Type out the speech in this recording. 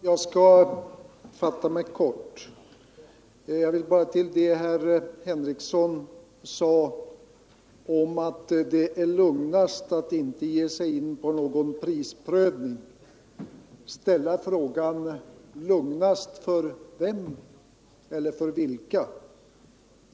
Herr talman! Jag skall fatta mig kort. Jag vill bara med hänsyn till det som herr Henrikson sade om att det är lugnast att inte ge sig in på någon prisprövning ställa frågan: Lugnast för vem eller vilka?